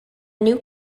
new